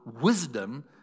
wisdom